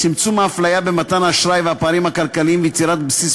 צמצום האפליה במתן אשראי וצמצום הפערים הכלכליים ויצירת בסיס